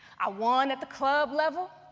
i won at the club level,